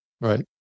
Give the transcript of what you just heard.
Right